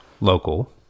local